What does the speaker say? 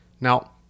Now